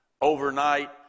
overnight